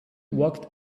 walked